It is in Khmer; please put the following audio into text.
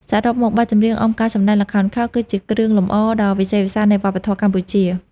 សរុបមក បទចម្រៀងអមការសម្ដែងល្ខោនខោល គឺជាគ្រឿងលម្អដ៏វិសេសវិសាលនៃវប្បធម៌កម្ពុជា។